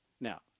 Now